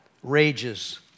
rages